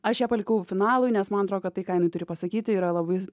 aš ją palikau finalui nes man atrodo kad tai ką jinai turi pasakyti yra labai